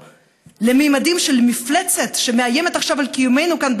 לממדים של מפלצת שמאיימת עכשיו על קיומנו כאן,